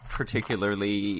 particularly